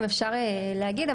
אם אפשר להגיד,